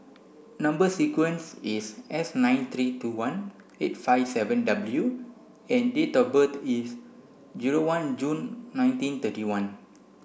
number sequence is S nine three two one eight five seven W and date of birth is zero one June nineteen thirty one